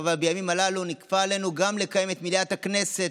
אבל בימים הללו נכפה עלינו גם לקיים את מליאת הכנסת,